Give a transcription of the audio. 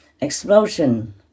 explosion